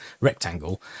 rectangle